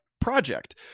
project